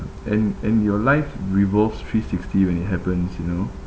and and your life revolves three sixty when it happens you know